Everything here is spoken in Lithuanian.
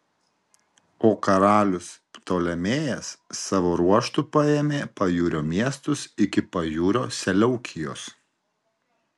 o karalius ptolemėjas savo ruožtu paėmė pajūrio miestus iki pajūrio seleukijos